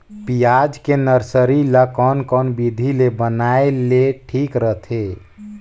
पियाज के नर्सरी ला कोन कोन विधि ले बनाय ले ठीक रथे?